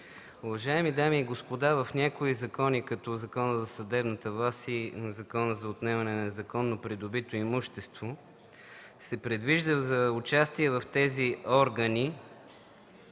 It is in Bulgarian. Уважаеми дами и господа, с някои закони като например Закона за съдебната власт и Закона за отнемане на незаконно придобито имущество, се предвижда за участие в тези органи